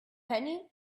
penny